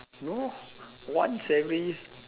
no once every